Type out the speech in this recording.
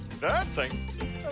Dancing